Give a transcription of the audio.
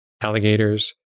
alligators